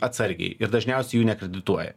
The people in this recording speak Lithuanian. atsargiai ir dažniausiai jų nekredituoja